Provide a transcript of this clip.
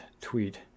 tweet